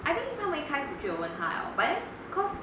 I think 他们一开始就有问他了 by then cause